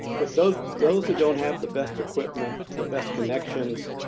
but those those who don't have the best equipment, the best connections,